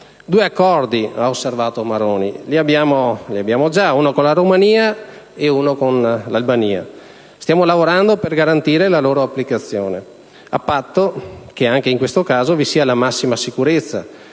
Maroni ha osservato che abbiamo già due accordi: uno con la Romania e l'altro con l'Albania; stiamo lavorando per garantire la loro applicazione, a patto che anche in questo caso vi sia la massima sicurezza,